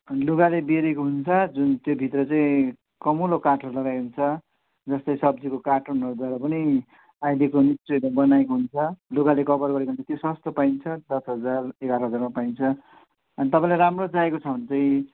लुगाले बेरेको हुन्छ जुन त्यो भित्र चाहिँ कमुलो काठहरू लगाइएको हुन्छ जस्तै सब्जीको कार्टुनहरूबाटपनि अहिलेको मिस्त्रीहरूले बनाएको हुन्छ लुगाले कभर गरेको हुन्छ त्यो सस्तो पाइन्छ दस हजार एघार हजारमा पाइन्छ अन्त तपाईँलाई राम्रो चाहिएको छ भने चाहिँ